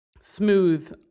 smooth